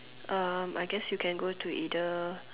um I guess you can go to either